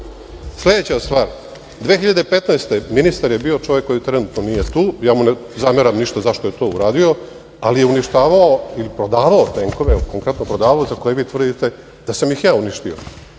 su. Sledeća stvar, 2015. godine ministar je bio čovek koji trenutno nije tu. Ja mu ne zameram zašto je to uradio, ali je uništavao ili prodavao tenkove, konkretno prodavao, za koje vi tvrdite da sam ih ja uništio.